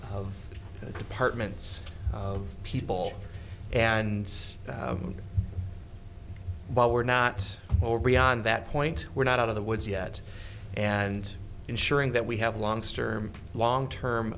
of departments of people and while we're not or beyond that point we're not out of the woods yet and ensuring that we have long sturm long term